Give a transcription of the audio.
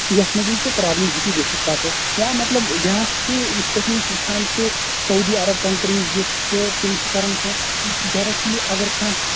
یَتھ منٛز ژےٚ پرابلِم ہٮ۪کہِ گٔژِھتھ پتہٕ یا مطلب بیاکھ چھُ یِتھ پٲٹھۍ أسۍ وٕچھان چھ سعودی عرب کَنٹریٖز یُس چھُ تِم چھِ کران کٲم تِم چھِ ڈیریکٹلی اَگر کانہہ